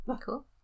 Cool